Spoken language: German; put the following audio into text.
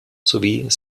sowie